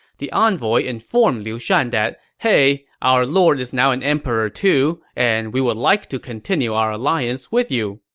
the envoy informed liu shan that, hey our lord is now an emperor, too, and we would like to continue our alliance with you.